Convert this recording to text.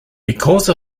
because